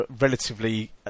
relatively